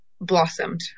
blossomed